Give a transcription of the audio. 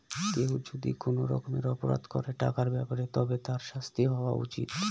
কেউ যদি কোনো রকমের অপরাধ করে টাকার ব্যাপারে তবে তার শাস্তি হওয়া উচিত